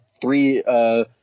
three